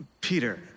Peter